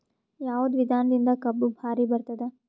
ಯಾವದ ವಿಧಾನದಿಂದ ಕಬ್ಬು ಭಾರಿ ಬರತ್ತಾದ?